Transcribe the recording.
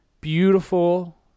beautiful